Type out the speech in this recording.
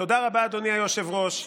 תודה רבה, אדוני היושב-ראש.